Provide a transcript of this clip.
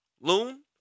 Loon